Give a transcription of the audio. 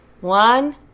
One